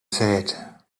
said